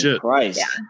Christ